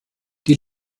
die